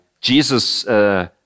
Jesus